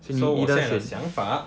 so 我现在的想法